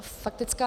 Faktická.